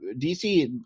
DC